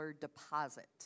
deposit